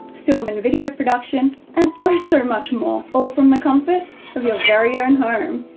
film and video production, and oh so much more. all from the comfort of your very own home.